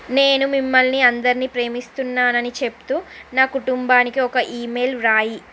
నేను మిమ్మల్ని అందర్నీ ప్రేమిస్తున్నానని చెప్తూ నా కుటుంబానికి ఒక ఇమెయిల్ వ్రాయి